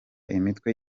imitwe